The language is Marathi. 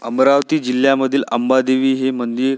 अमरावती जिल्ह्यामधील अंबादेवी हे मंदिर